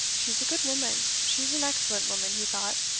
she's a good woman she's an excellent woman, he thought,